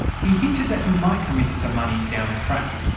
he hinted that he might come into some money down the track.